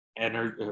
energy